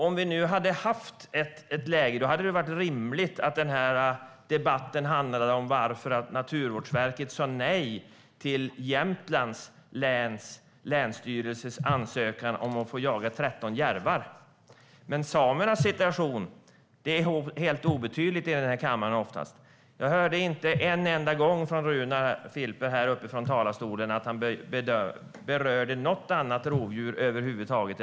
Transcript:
Om vi hade haft ett läge hade det varit rimligt att den här debatten handlade om varför Naturvårdsverket sa nej till ansökan från Länsstyrelsen i Jämtlands län om att få jaga 13 järvar. Men samernas situation är i den här kammaren oftast något helt obetydligt. Jag hörde inte Runar Filper ens beröra något annat rovdjur än vargen.